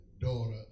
daughter